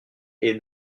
est